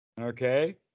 Okay